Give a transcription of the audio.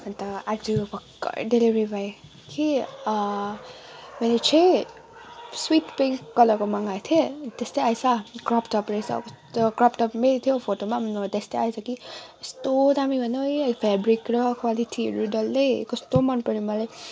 अन्त आज भर्खरै डेलिभरी भयो कि मैले चाहिँ स्विट पिङ्क कलरको मगाएको थिएँ त्यस्तै आएछ क्रप टप रहेछ कस्तो क्रप टपमै थियो फोटोमा पनि त्यस्तै आएँछ कि यस्तो दामी भन न ओइ फेब्रिक र क्वालिटीहरू डल्लै कस्तो मन पऱ्यो मलाई